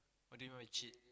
what do you mean by cheat